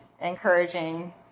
encouraging